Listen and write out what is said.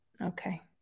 Okay